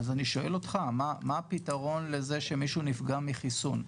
אז אני שואל אותך מה הפתרון לזה שמישהו נפגע מחיסון?